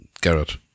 Garrett